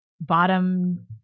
bottom